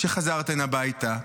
על שחזרתן הביתה.